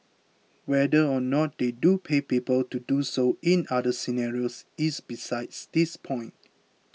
whether or not they do pay people to do so in other scenarios is besides this point